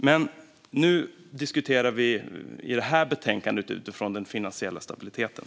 Men i detta betänkande diskuterar vi den finansiella stabiliteten.